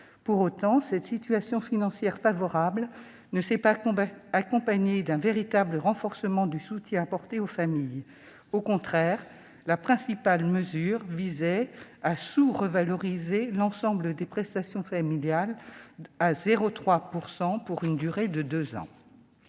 Pour autant, cette situation financière favorable ne s'est pas accompagnée d'un véritable renforcement du soutien apporté aux familles. Au contraire, la principale mesure visait à sous-revaloriser l'ensemble des prestations familiales à 0,3 % pour une durée de deux ans.